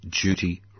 duty